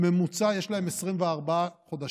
בממוצע יש להם 24 חודשים,